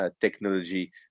technology